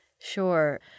Sure